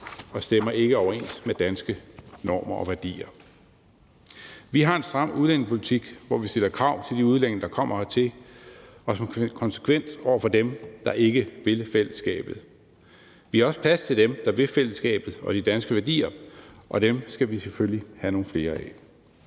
og stemmer ikke overens med danske normer og værdier. Vi har en stram udlændingepolitik, hvor vi stiller krav til de udlændinge, der kommer hertil, og som er konsekvent over for dem, der ikke vil fællesskabet. Vi har også plads til dem, der vil fællesskabet og de danske værdier, og dem skal vi selvfølgelig have nogle flere af.